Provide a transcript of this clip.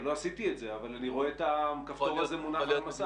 לא עשיתי את זה אבל אני רואה את הכפתור הזה על המסך.